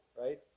right